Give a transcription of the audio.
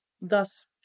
thus